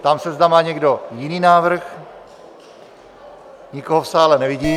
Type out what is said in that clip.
Ptám se, zda má někdo jiný návrh Nikoho v sále nevidím.